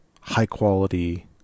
high-quality